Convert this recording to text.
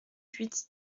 huit